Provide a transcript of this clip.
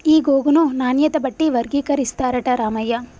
ఈ గోగును నాణ్యత బట్టి వర్గీకరిస్తారట రామయ్య